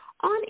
on